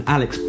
Alex